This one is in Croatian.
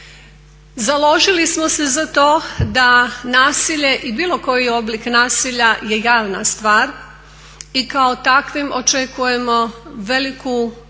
Založili smo se za to da nasilje i bilo koji oblik nasilja je javna stvar i kao takvim očekujemo veliku ulogu